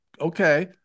okay